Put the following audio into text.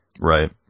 Right